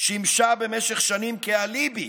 שימשה במשך שנים כאליבי